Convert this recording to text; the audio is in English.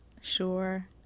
Sure